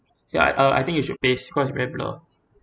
ya uh I think you should paste cause it's very blur